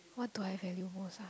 what do I value most ah